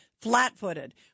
flat-footed